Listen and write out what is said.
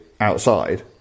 outside